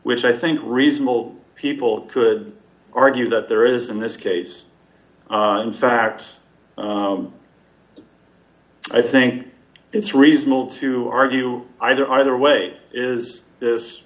which i think reasonable people could argue that there is in this case in fact i think it's reasonable to argue either either way is this